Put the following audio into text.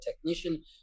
technician